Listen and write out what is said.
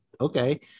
Okay